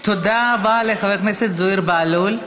תודה רבה לחבר הכנסת זוהיר בהלול.